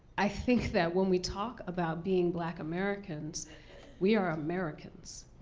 i think that when we talk about being black americans we are americans.